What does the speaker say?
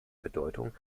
bedeutung